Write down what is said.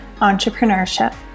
Entrepreneurship